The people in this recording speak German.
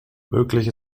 möglich